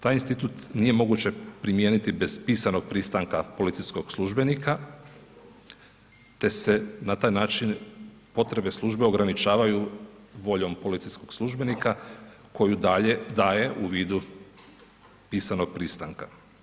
Taj institut nije moguće primijeniti bez pisanog pristanka policijskog službenika, te se na taj način potrebe službe ograničavaju voljom policijskog službenika koju daje u vidu pisanog pristanka.